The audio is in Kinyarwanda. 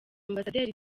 ambasaderi